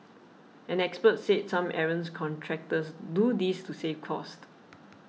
an expert said some errants contractors do this to save costs